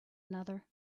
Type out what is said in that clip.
another